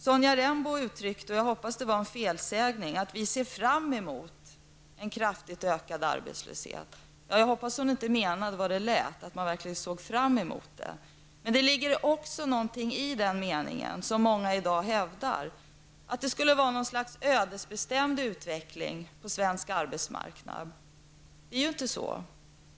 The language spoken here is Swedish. Sonja Rembo sade -- jag hoppas att det var en felsägning -- att hon ser fram emot en kraftigt ökad arbetslöshet. Jag hoppas alltså att hon inte menar som det lät: att hon verkligen ser fram emot arbetslösheten. Det ligger emellertid någonting i vad många i dag hävdar, nämligen att det skulle vara något slags ödesbestämd utveckling på den svenska arbetsmarknaden. Men så är det ju inte.